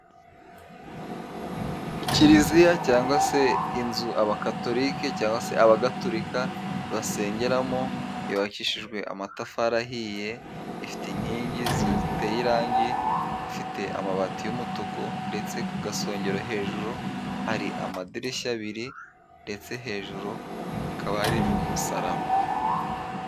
Ikiliziya cyangwa se inzu abakatolike cyangwa se abagatulika basengeramo, yubakishijwe amatafari ahiye. Ifite inkingi ziteye irangi, ifite amabati y'umutuku, ndetse ku gasongero hejuru hari amadirishya abiri, ndetse hejuru hakaba hari umusaraba.